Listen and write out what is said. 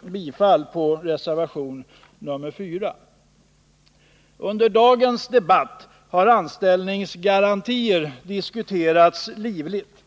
bifall till reservation nr 4. Under dagens debatt har anställningsgarantier diskuterats livligt.